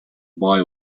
boy